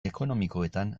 ekonomikoetan